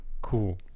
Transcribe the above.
Cool